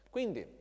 Quindi